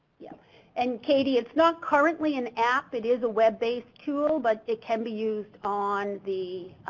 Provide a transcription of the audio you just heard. yeah and katie, it's not currently an app. it is a web-based tool, but it can be used on the,